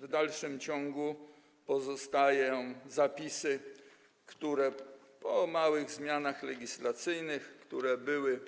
W dalszym ciągu pozostają zapisy, które po małych zmianach legislacyjnych, które były